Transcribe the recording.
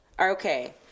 Okay